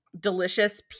delicious